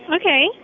Okay